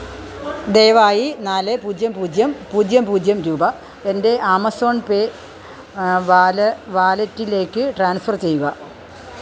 ദയവായി നാല് പൂജ്യം പൂജ്യം പൂജ്യം പൂജ്യം രൂപ എൻ്റെ ആമസോൺ പേ വാലേ വാലറ്റിലേക്ക് ട്രാൻസ്ഫർ ചെയ്യുക